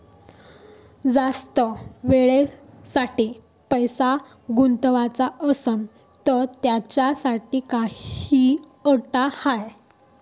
जास्त वेळेसाठी पैसा गुंतवाचा असनं त त्याच्यासाठी काही अटी हाय?